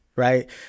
right